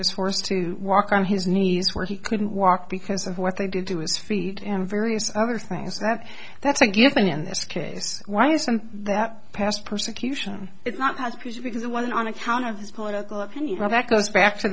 was forced to walk on his knees where he couldn't walk because of what they did to his feet and various other things that that's a given in this case why isn't that past persecution it's not because it wasn't on account of his political opinion but that goes back to